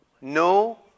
No